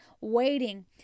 waiting